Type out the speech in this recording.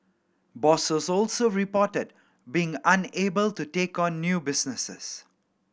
bosses also reported being unable to take on new businesses